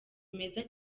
meza